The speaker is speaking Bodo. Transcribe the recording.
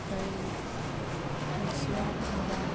ओमफ्राय मोनसेया माबा